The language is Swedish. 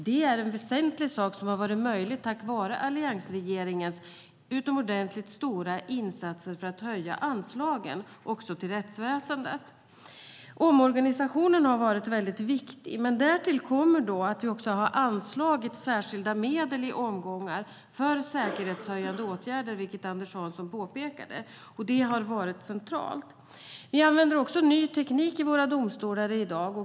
Det är en väsentlig sak som har varit möjlig tack vare alliansregeringens utomordentligt stora insatser för att höja anslagen också till rättsväsendet. Omorganisationen har varit viktig, men därtill kommer att vi i omgångar har anslagit särskilda medel för säkerhetshöjande åtgärder, vilket Anders Hansson framhöll. Det har varit centralt. I dag använder vi också ny teknik i våra domstolar.